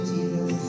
Jesus